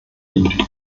liegt